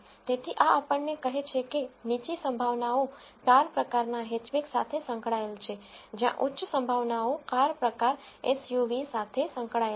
તેથી આ આપણને કહે છે કે નીચી પ્રોબેબ્લીટીઝ કાર પ્રકારનાં હેચબેક સાથે સંકળાયેલ છે જ્યાં ઉચ્ચ પ્રોબેબ્લીટીઝ કાર પ્રકાર એસયુવી સાથે સંકળાયેલ છે